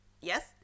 yes